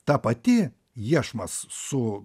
ta pati iešmas su